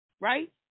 right